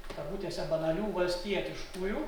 kabutėse banalių valstietiškųjų